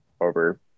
over